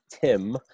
Tim